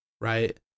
Right